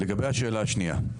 לגבי השאלה השנייה.